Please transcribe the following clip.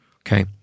okay